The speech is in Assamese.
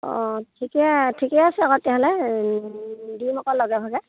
অঁ ঠিকে ঠিকে আছে আকৌ তেতিয়াহ'লে দিম আকৌ লগে ভাগে